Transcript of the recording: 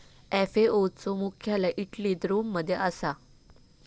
FAO चा मुख्यालय इटलीत रोम मध्ये असा